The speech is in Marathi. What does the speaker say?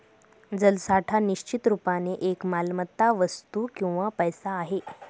जलसाठा निश्चित रुपाने एक मालमत्ता, वस्तू किंवा पैसा आहे